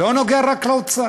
זה לא נוגע רק לאוצר.